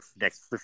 next